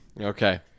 Okay